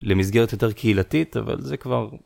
למסגרת יותר קהילתית אבל זה כבר.